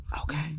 Okay